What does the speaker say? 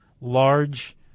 large